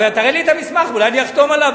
תראה לי את המסמך, אולי אני אחתום עליו.